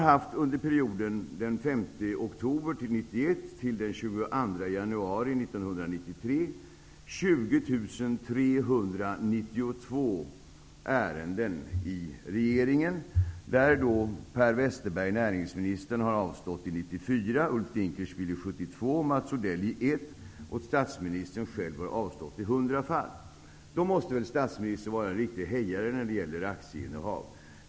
1993 har det förekommit 20 392 regeringsärenden. Näringsminister Per Westerberg har avstått i 94, Ulf Statsministern har avstått i 100 fall. Då måste väl statsministern vara en riktig hejare när det gäller aktieinnehav.